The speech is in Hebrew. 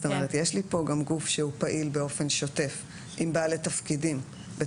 זאת אומרת יש לי פה גם גוף שהוא פעיל באופן שוטף עם בעלי תפקידים בתוכו.